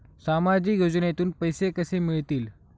सामाजिक योजनेतून पैसे कसे मिळतील?